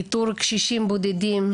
איתור קשישים בודדים,